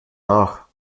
nach